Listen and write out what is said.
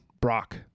Brock